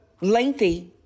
lengthy